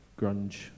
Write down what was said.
grunge